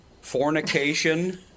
fornication